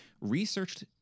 researched